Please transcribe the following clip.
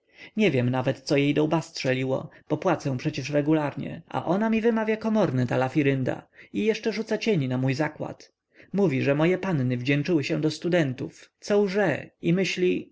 nie wiem nawet co jej do łba strzeliło bo płacę przecież regularnie a ona mi wymawia komorne ta lafirynda i jeszcze rzuca cień na mój zakład mówi że moje panny wdzięczyły się do studentów co łże i myśli